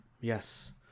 Yes